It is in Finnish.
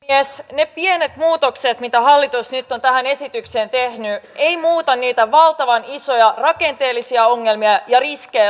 ne pienet muutokset mitä hallitus nyt on tähän esitykseen tehnyt eivät muuta niitä valtavan isoja rakenteellisia ongelmia ja riskejä